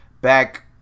back